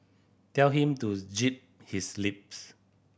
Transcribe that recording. tell him to his lips